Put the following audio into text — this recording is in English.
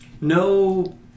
No